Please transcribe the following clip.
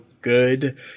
good